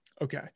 Okay